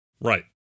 Right